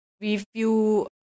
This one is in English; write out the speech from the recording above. review